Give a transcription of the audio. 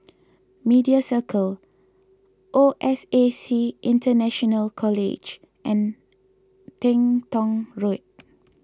Media Circle O S A C International College and Teng Tong Road